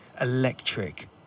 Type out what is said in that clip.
electric